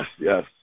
yes